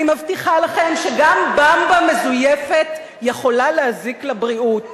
אני מבטיחה לכם שגם "במבה" מזויפת יכולה להזיק לבריאות